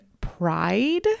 pride